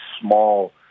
small